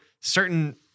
certain